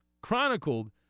chronicled